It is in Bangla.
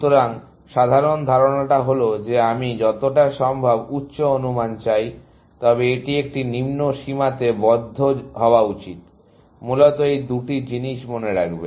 সুতরাং সাধারণ ধারণা হল যে আমি যতটা সম্ভব উচ্চ অনুমান চাই তবে এটি একটি নিম্ন সীমাতে বদ্ধ হওয়া উচিত মূলত এই দুটি জিনিস মনে রাখবে